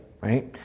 right